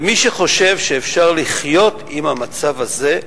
ומי שחושב שאפשר לחיות עם המצב הזה,